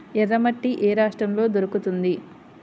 ఎర్రమట్టి ఏ రాష్ట్రంలో దొరుకుతుంది?